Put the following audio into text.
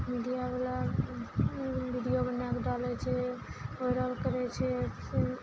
media बला video बनाके डालै छै भायरल करै छै